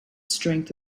strength